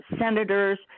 senators